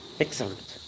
Excellent